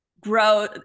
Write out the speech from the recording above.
grow